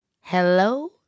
hello